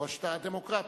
מורשתה הדמוקרטית,